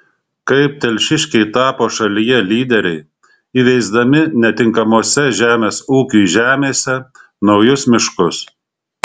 kaip telšiškiai tapo šalyje lyderiai įveisdami netinkamose žemės ūkiui žemėse naujus miškus